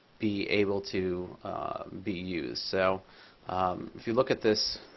be able to be used. so if you look at this